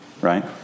right